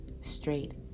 straight